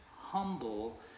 humble